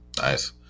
Nice